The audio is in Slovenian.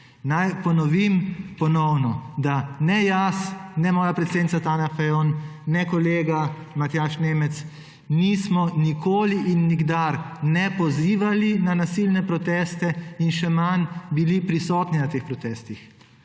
ponovim ponovno, da ne jaz ne moja predsednica Tanja Fajon ne kolega Matjaž Nemec nismo nikoli in nikdar ne pozivali na nasilne proteste in še manj bili prisotni na teh protestih.